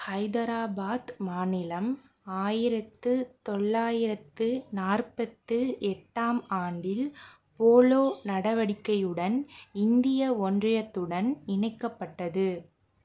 ஹைதராபாத் மாநிலம் ஆயிரத்து தொள்ளாயிரத்து நாற்பத்து எட்டு ஆம் ஆண்டில் போலோ நடவடிக்கையுடன் இந்திய ஒன்றியத்துடன் இணைக்கப்பட்டது